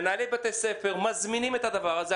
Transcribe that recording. מנהלי בתי ספר מזמינים את הדבר הזה?